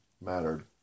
mattered